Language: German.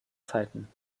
zeiten